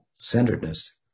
centeredness